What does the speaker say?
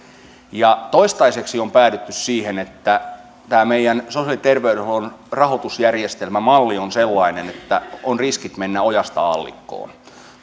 tehty toistaiseksi on päädytty siihen että tämä meidän sosiaali ja terveydenhuollon rahoitusjärjestelmämallimme on sellainen että on riskit mennä ojasta allikkoon